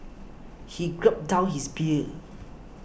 he gulped down his beer